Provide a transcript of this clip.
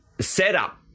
setup